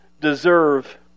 deserve